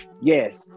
yes